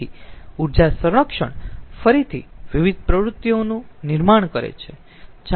તેથી ઊર્જા સંરક્ષણ ફરીથી વિવિધ પ્રવૃત્તિઓનું નિર્માણ કરે છે